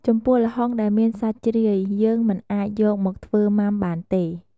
ចំពោះល្ហុងដែលមានសាច់ជ្រាយ យើងមិនអាចយកមកធ្វើមុាំល្ហុងបានទេ។